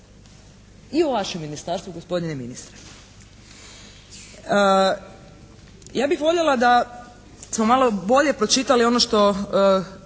I u vašem ministarstvu gospodine ministre. Ja bih voljela da smo malo bolje pročitali ono što